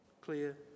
clear